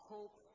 Hope